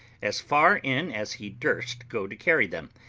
as far in as he durst go to carry them,